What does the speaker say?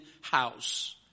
house